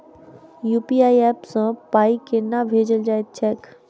UPI app सँ पाई केना भेजल जाइत छैक?